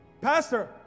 Pastor